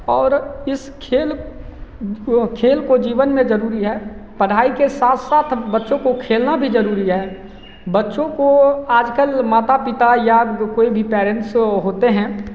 और इस खेल को खेल जो जीवन में ज़रूरी है पढ़ाई के साथ साथ बच्चों को खेलना भी ज़रूरी है बच्चों को आजकल माता पिता या कोई भी पेरेंट्स होते हैं